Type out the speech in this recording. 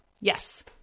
Yes